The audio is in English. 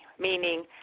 Meaning